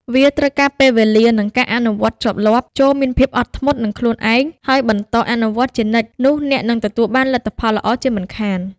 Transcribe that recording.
វាត្រូវការពេលវេលា និងការអនុវត្តន៍ជាប់លាប់ ចូរមានភាពអត់ធ្មត់នឹងខ្លួនឯង ហើយបន្តអនុវត្តជានិច្ចនោះអ្នកនឹងទទួលបានលទ្ធផលល្អជាមិនខាន។